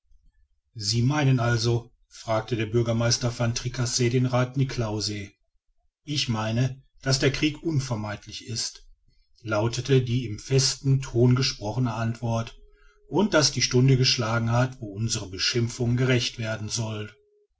sie meinen also fragte der bürgermeister van tricasse den rath niklausse ich meine daß der krieg unvermeidlich ist lautete die in festem ton gesprochene antwort und daß die stunde geschlagen hat wo unsere beschimpfung gerächt werden soll